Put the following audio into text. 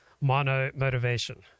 mono-motivation